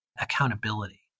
accountability